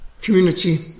community